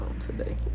Today